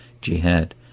jihad